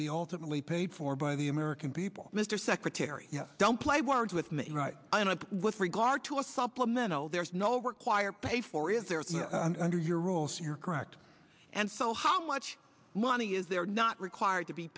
ultimately paid for by the american people mr secretary don't play words with me with regard to a supplemental there's no require pay for is there under your rules you're correct and so how much money is there not required to be